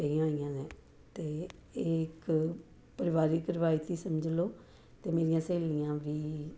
ਪਈਆਂ ਹੋਈਆਂ ਨੇ ਅਤੇ ਇਹ ਇੱਕ ਪਰਿਵਾਰਕ ਰਵਾਇਤ ਹੀ ਸਮਝ ਲਓ ਅਤੇ ਮੇਰੀਆਂ ਸਹੇਲੀਆਂ ਵੀ